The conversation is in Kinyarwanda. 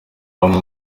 bamwe